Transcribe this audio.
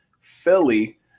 Philly